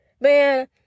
Man